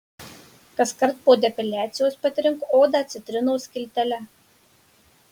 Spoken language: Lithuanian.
kaskart po depiliacijos patrink odą citrinos skiltele